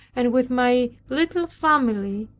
and with my little family,